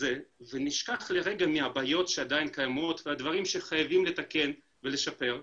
זה ונשכח לרגע את הבעיות שעדיין קיימות והדברים שחייבים לתקן ולשפר.